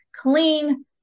clean